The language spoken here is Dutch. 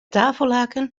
tafellaken